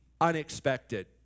unexpected